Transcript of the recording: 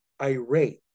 irate